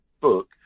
book